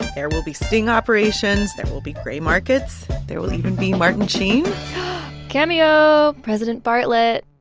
there will be sting operations. there will be free markets. there will even be martin sheen cameo president bartlet